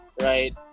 right